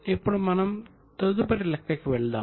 ఇప్పుడు మనం తదుపరి లెక్క కి వెళ్దాం